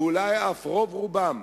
ואולי אף רוב רובם,